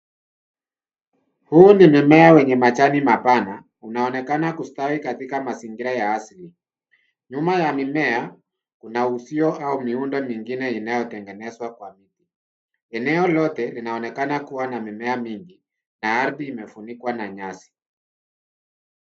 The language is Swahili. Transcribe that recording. Huu ni mimea wenye majani mapana, unaonekana kustawi katika mazingira ya asili. Nyuma ya mimea kuna uzio au miundo mingine inayo tengenezwa. Eneo lote linaonekana kuwa na mimea mingi na ardhi ime fumikwa na nyasi.